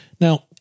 Now